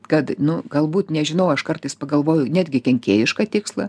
kad nu galbūt nežinau aš kartais pagalvoju netgi kenkėjišką tikslą